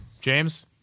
James